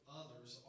others